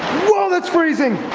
ah that's freezing!